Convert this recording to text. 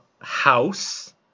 House